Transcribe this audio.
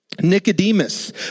Nicodemus